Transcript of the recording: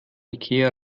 ikea